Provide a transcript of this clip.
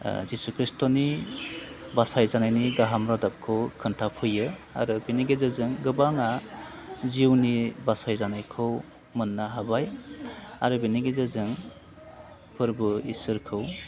जिशु खृष्ट'नि बासायजानायनि गाहाम रादाबखौ खोन्थाफैयो आरो बेनि गेजेरजों गोबाङा जिउनि बासायजानायखौ मोननो हाबाय आरो बिनि गेजेरजों फोरबो ईसोरखौ